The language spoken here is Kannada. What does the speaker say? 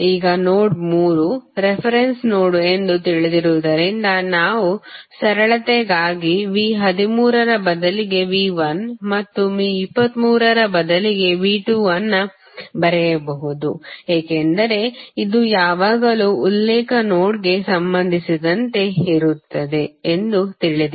ಈಗ ನೋಡ್ ಮೂರು ರೆಫರೆನ್ಸ್ ನೋಡ್ ಎಂದು ತಿಳಿದಿರುವುದರಿಂದ ನಾವು ಸರಳತೆಗಾಗಿ V13 ರ ಬದಲಿಗೆ V1 ಮತ್ತು V23 ರ ಬದಲಿಗೆ V2 ಅನ್ನು ಬರೆಯಬಹುದು ಏಕೆಂದರೆ ಇದು ಯಾವಾಗಲೂ ಉಲ್ಲೇಖ ನೋಡ್ಗೆ ಸಂಬಂಧಿಸಿದಂತೆ ಇರುತ್ತದೆ ಎಂದು ತಿಳಿದಿದೆ